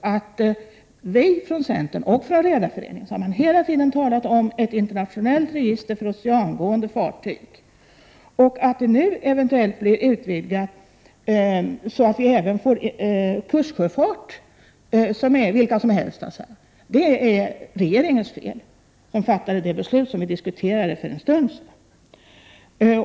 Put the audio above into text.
att både vi från centern och Redareföreningen hela tiden har talat om ett internationellt register för oceangående fartyg. Att detta nu eventuellt utvidgas till att gälla även kustsjöfart av vilka som helst är regeringens fel, som fattat det beslut som vi diskuterade för en stund sedan.